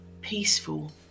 peaceful